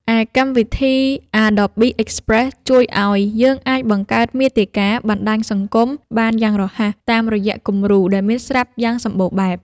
ឯកម្មវិធី អាដបប៊ី អិចប្រេស ជួយឱ្យយើងអាចបង្កើតមាតិកា បណ្តាញសង្គម បានយ៉ាងរហ័សតាមរយៈគំរូដែលមានស្រាប់យ៉ាងសម្បូរបែប។